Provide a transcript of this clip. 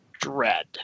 dread